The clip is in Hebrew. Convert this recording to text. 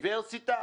באוניברסיטה.